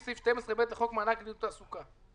סעיף 12(ב) לחוק מענק לעידוד תעסוקה".